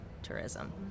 Tourism